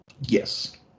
Yes